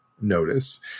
notice